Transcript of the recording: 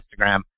Instagram